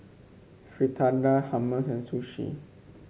Fritada Hummus and Sushi